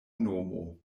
nomo